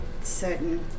certain